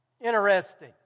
Interesting